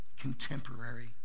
contemporary